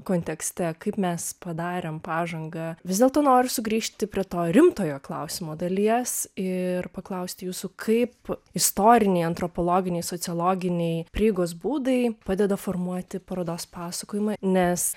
kontekste kaip mes padarėmepažangą vis dėlto noriu sugrįžti prie to rimtojo klausimo dalies ir paklausti jūsų kaip istoriniai antropologiniai sociologiniai prieigos būdai padeda formuoti parodos pasakojimą nes